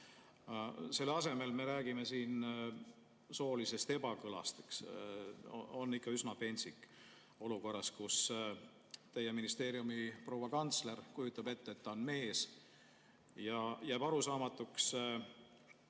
Selle asemel me räägime siin soolisest ebakõlast, eks. See on ikka üsna pentsik, olukorras, kus teie ministeeriumi proua kantsler kujutab ette, et ta on mees. Jääb üldse arusaamatuks